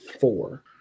four